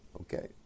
Okay